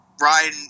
Ryan